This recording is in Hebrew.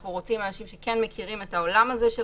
אנחנו רוצים אנשים שמכירים את העולם הזה של